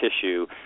tissue